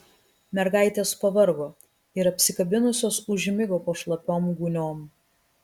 mergaitės pavargo ir apsikabinusios užmigo po šlapiom gūniom